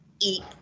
eat